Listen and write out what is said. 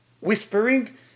whispering